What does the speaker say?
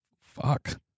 fuck